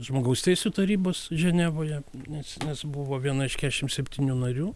žmogaus teisių tarybos ženevoje nes nes buvo viena iš kešim septynių narių